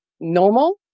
normal